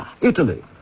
Italy